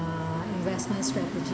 investment strategy